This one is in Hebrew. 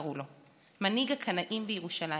קראו לו, מנהיג הקנאים בירושלים.